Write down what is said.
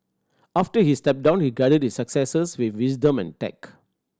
after he stepped down he guided his successors with wisdom and tact